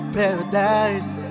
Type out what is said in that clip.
paradise